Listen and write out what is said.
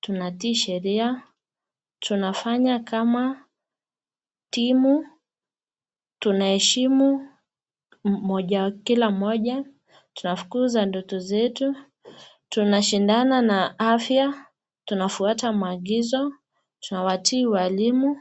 tunatii sheria, tunafanya kama timu, tunaheshimu kila mmoja, tunafukuza ndoto zetu, tunashindana na afya, tunafuata maagizo, tunawatii walimu